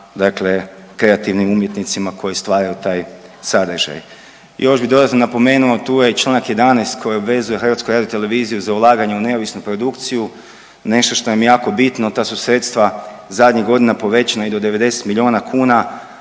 dakle kreativnim umjetnicima koji stvaraju taj sadržaj. Još bi dodatno napomenuo, tu je čl. 11 koji obvezuje HRT za ulaganje u neovisnu produkciju, nešto što nam je jako bitno, ta su sredstva zadnjih godina povećana i do 90 milijuna kuna,